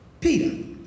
Peter